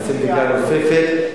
נעשה בדיקה נוספת,